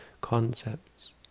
concepts